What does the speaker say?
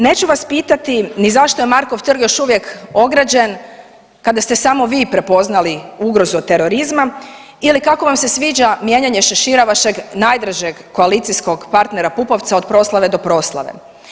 Neću vas pitati ni zašto je Markov trg još uvijek ograđen kada ste samo vi prepoznali ugrozu od terorizma ili kako vam se sviđa mijenjanje šešira vašeg najdražeg koalicijskog partnera Pupovca od proslave do proslave.